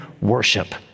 worship